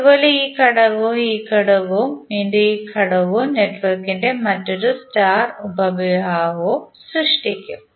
അതുപോലെ ഈ ഘടകം ഈ ഘടകം വീണ്ടും ഈ ഘടകം നെറ്റ്വർക്കിന്റെ മറ്റൊരു സ്റ്റാർ ഉപവിഭാഗം സൃഷ്ടിക്കും